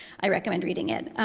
i recommend reading it.